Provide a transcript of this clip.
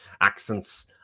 accents